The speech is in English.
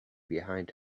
behind